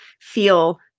feel